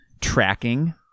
tracking